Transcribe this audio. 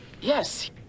Yes